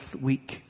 week